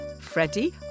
Freddie